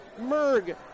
Merg